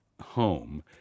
home